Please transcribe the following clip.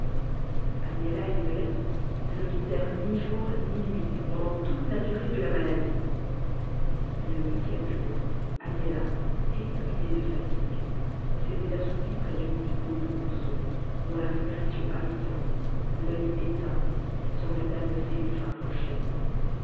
agnella et violette ne le quittèrent ni jour ni nuit pendant toute la durée de la maladie le huitième jour agnella épuisée de fatigue s'était assoupie près du lit du pauvre ourson dont la respiration haletante l'oeil éteint semblaient annoncer une fin prochaine